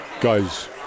guys